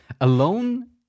Alone